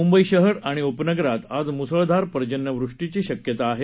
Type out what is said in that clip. मुंबई शहर आणि उपनगरात आज मुसळधार पर्जन्यवृष्टीची शक्यता आहे